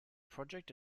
project